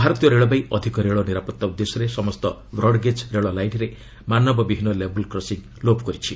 ଭାରତୀୟ ରେଳବାଇ ଅଧିକ ରେଳ ନିରାପତ୍ତା ଉଦ୍ଦେଶ୍ୟରେ ସମସ୍ତ ବ୍ରଡ୍ଗେଜ୍ ରେଳ ଲାଇନ୍ରେ ମାନବବିହୀନ ଲେବୁଲ୍ କ୍ରସିଂ ଲୋପ କରିଛି